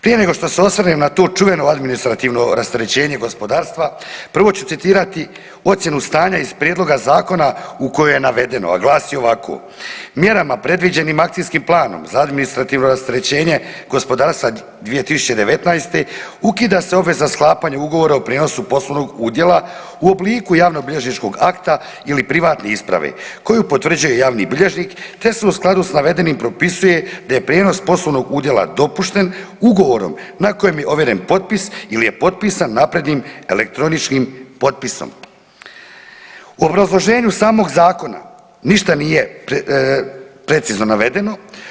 Prije nego što se osvrnem na to čuveno administrativno rasterećenje gospodarstva prvo ću citirati ocjenu stanja iz prijedloga zakona u kojem je navedeno a glasi ovako: „Mjerama predviđenim akcijskim planom za administrativno rasterećenje gospodarstva 2019. ukida se obveza sklapanja Ugovora o prijenosu poslovnog udjela u obliku javno-bilježničkog akta ili privatne isprave koju potvrđuje javni bilježnik, te se u skladu sa navedenim propisuje da je prijenos poslovnog udjela dopušten ugovorom na kojem je ovjeren potpis ili je potpisan naprednim elektroničkim potpisom.“ U obrazloženju samog zakona ništa nije precizno navedeno.